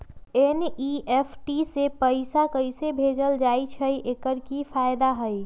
NEFT से पैसा कैसे भेजल जाइछइ? एकर की फायदा हई?